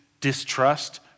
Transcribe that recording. distrust